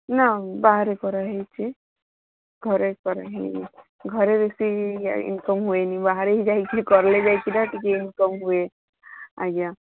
ନା ବାହାରେ କରାହେଇଚି ଘରେ କରାହୋଇନି ଘରେ ବେଶି ଇନକମ୍ ହୁଏନି ବାହାରେ ହିଁ ଯାଇକି କଲେ ଯାଇକିନା ଟିକେ ଇନକମ୍ ହୁଏ ଆଜ୍ଞା